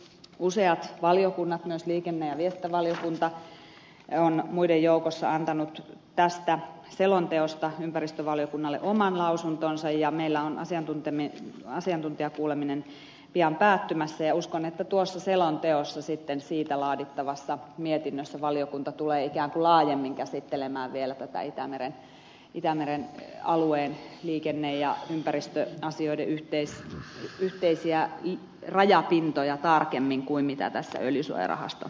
useat valiokunnat myös liikenne ja viestintävaliokunta on muiden joukossa antanut tästä selonteosta ympäristövaliokunnalle oman lausuntonsa ja meillä on asiantuntijakuuleminen pian päättymässä ja uskon että sitten tuosta selonteosta laadittavassa mietinnössä valiokunta tulee ikään kuin laajemmin käsittelemään vielä itämeren alueen liikenne ja ympäristöasioiden yhteisiä rajapintoja ja tarkemmin kuin mitä tästä öljysuojarahasto